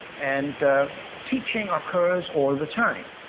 and teaching occurs all the time.